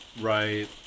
Right